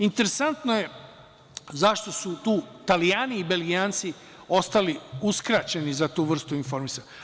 Interesantno je zašto su tu Italijani i Belgijanci ostali uskraćeni za tu vrstu informacija.